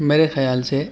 میرے خیال سے